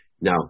now